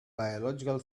biological